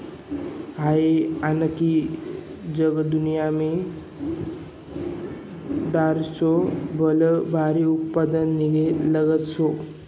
अहो, आख्खी जगदुन्यामा दराक्शेस्नं भलतं भारी उत्पन्न निंघाले लागेल शे